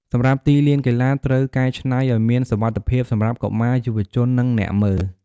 សម្រាប់ទីលានកីឡាត្រូវកែច្នៃឲ្យមានសុវត្ថិភាពសម្រាប់កុមារ យុវជន និងអ្នកមើល។